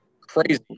crazy